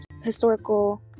historical